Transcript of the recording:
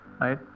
right